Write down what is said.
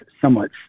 somewhat